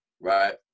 right